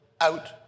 out